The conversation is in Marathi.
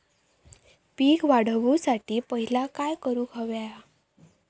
पीक वाढवुसाठी पहिला काय करूक हव्या?